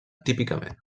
típicament